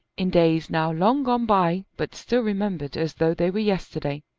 in days now long gone by but still remembered as though they were yesterday,